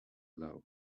low